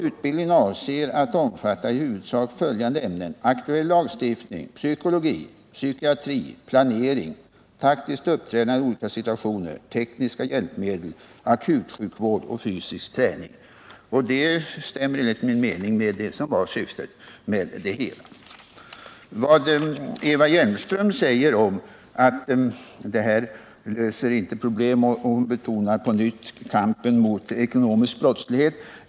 Utbildningen avses omfatta i huvudsak följande ämnen: aktuell lagstiftning, psykologi, psykiatri, planering, taktiskt uppträdande i olika situationer, tekniska hjälpmedel, akutsjukvård och fysisk träning. Det stämmer enligt min mening med det som var syftet med det hela. Eva Hjelmström säger att dessa åtgärder inte löser problemen, och hon betonar på nytt kampen mot ekonomisk brottslighet.